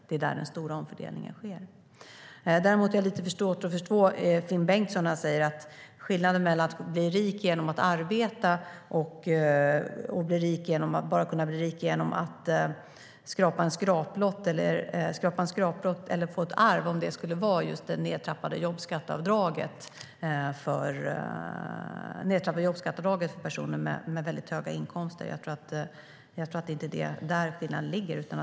Det är där den stora omfördelningen sker. Jag har lite svårt att förstå Finn Bengtsson när han talar om det nedtrappade jobbskatteavdraget för personer med mycket höga inkomster och skillnaden mellan att bli rik genom att arbeta och att bli rik genom att skrapa en skraplott eller få ett arv. Jag tror inte att det är där skillnaden ligger.